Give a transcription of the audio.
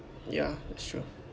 ya that's true